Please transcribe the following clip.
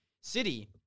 city